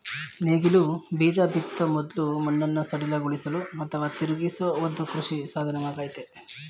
ನೇಗಿಲು ಬೀಜ ಬಿತ್ತೋ ಮೊದ್ಲು ಮಣ್ಣನ್ನು ಸಡಿಲಗೊಳಿಸಲು ಅಥವಾ ತಿರುಗಿಸೋ ಒಂದು ಕೃಷಿ ಸಾಧನವಾಗಯ್ತೆ